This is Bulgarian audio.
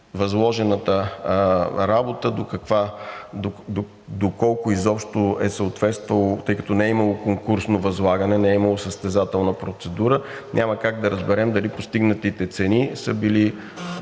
възложената работа доколко изобщо е съответствала, тъй като не е имало конкурсно възлагане, не е имало състезателна процедура, няма как да разберем дали постигнатите цени са били